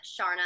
Sharna